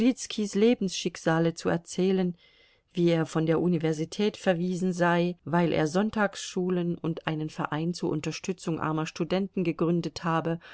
lebensschicksale zu erzählen wie er von der universität verwiesen sei weil er sonntagsschulen und einen verein zur unterstützung armer studenten gegründet habe